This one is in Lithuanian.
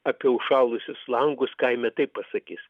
apie užšalusius langus kaime taip pasakys